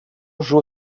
jour